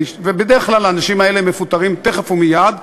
ובדרך כלל האנשים האלה מפוטרים תכף ומייד,